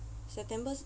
september